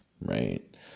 right